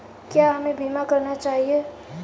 क्या हमें बीमा करना चाहिए?